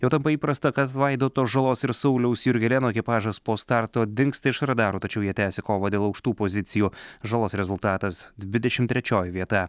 jau tampa įprasta kad vaidoto žalos ir sauliaus jurgelėno ekipažas po starto dingsta iš radarų tačiau jie tęsia kovą dėl aukštų pozicijų žalos rezultatas dvidešimt trečioji vieta